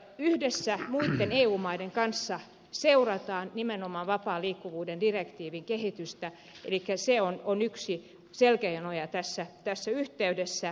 yhdessä muitten eu maitten kanssa seurataan nimenomaan vapaan liikkuvuuden direktiivin kehitystä elikkä se on yksi selkänoja tässä yhteydessä